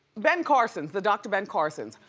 ben carson, the dr. ben carson,